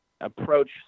approach